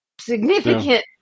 significant